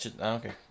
Okay